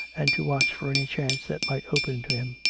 and to watch for any chance that might open to him.